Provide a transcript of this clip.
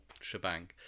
shebang